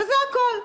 זה הכול.